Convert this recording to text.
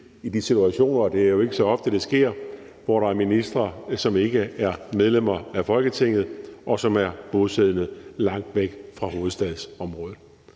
det sker, hvor der er ministre, som ikke er medlemmer af Folketinget, og som er bosiddende langt væk fra hovedstadsområdet.